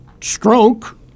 Stroke